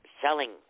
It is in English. selling